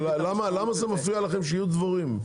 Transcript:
אבל למה זה מפריע לכם שיהיו דבורים?